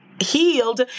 Healed